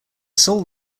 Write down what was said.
sole